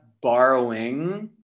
borrowing